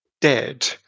dead